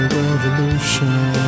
revolution